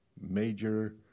major